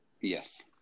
Yes